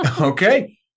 Okay